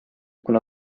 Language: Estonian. kuna